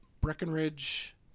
Breckenridge